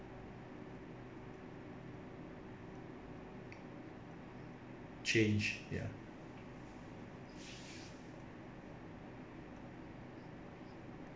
change ya